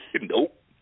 Nope